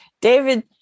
David